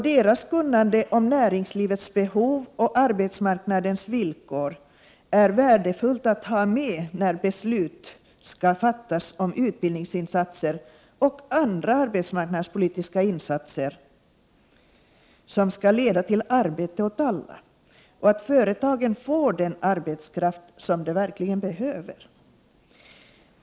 Deras kunnande om näringslivets behov och arbetsmarknadens villkor är värdefullt att ha med när beslut skall fattas om utbildningsinsatser eller andra arbetsmarknadspolitiska insatser, som skall leda till arbete åt alla och till att företagen får den arbetskraft som de verkligen behöver.